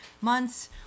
months